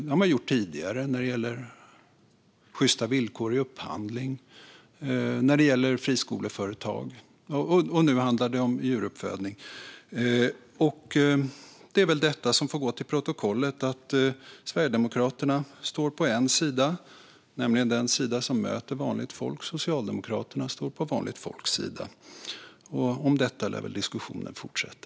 Det har man gjort tidigare när det gäller sjysta villkor vid upphandling och när det gäller friskoleföretag, och nu handlar det om djuruppfödning. Det får väl föras till protokollet vilken sida Sverigedemokraterna står på, nämligen den som möter vanligt folk, och att Socialdemokraterna står på vanligt folks sida. Om detta lär väl diskussionen fortsätta.